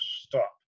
stop